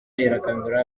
irakangurira